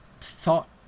thought